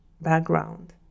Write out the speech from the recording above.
background